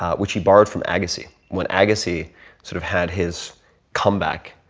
ah which he borrowed from agassi. when agassi sort of had his comeback